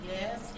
yes